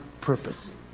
purpose